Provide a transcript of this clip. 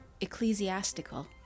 Ecclesiastical